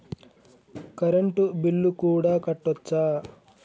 Current bill కూడా కట్టొచ్చా?